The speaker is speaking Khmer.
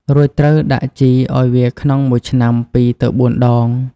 រួចត្រូវដាក់ជីឱ្យវាក្នុងមួយឆ្នាំ ២ ទៅ ៤ ដង។